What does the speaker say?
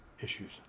issues